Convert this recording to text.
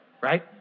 right